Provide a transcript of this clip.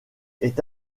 est